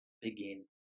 begin